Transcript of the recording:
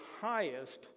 highest